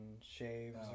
Shaves